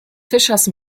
fischers